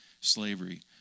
Slavery